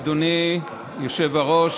אדוני היושב-ראש,